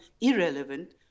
irrelevant